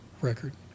record